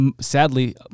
sadly